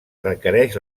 requereix